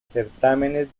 certámenes